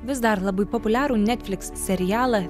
vis dar labai populiarų netfliks serialą